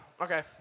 Okay